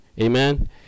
Amen